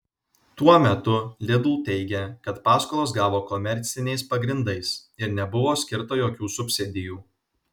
tuo metu lidl teigia kad paskolas gavo komerciniais pagrindais ir nebuvo skirta jokių subsidijų